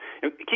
Keep